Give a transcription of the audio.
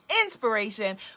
inspiration